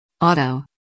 Auto